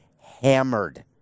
hammered